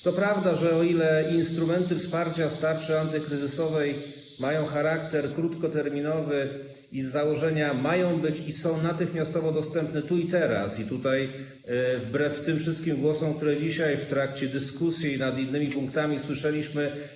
To prawda, że instrumenty wsparcia z tarczy antykryzysowej mają charakter krótkoterminowy i z założenia mają być i są natychmiastowo dostępne tu i teraz, wbrew tym wszystkim głosom, które dzisiaj w trakcie dyskusji nad innymi punktami słyszeliśmy.